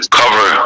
cover